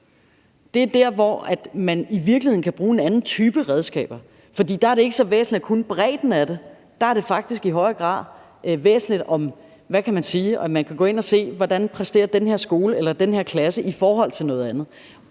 det er der, hvor man i virkeligheden kan bruge en anden type redskaber, for der er det ikke så væsentligt at kunne bredden af det. Der er det faktisk i højere grad væsentligt, at man kan gå ind og se, hvordan den her skole eller den her klasse præsterer i forhold til noget andet.